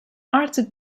artık